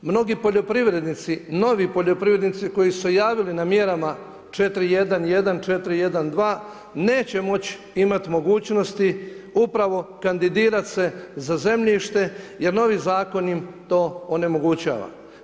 Mnogi poljoprivrednici, novi poljoprivrednici koji su se javili na mjerama 4.1.1., 4.1.2. neće moći imati mogućnosti upravo kandidirati se za zemljište jer novi zakon im to onemogućava.